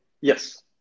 Yes